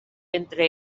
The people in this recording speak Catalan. entre